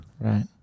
Right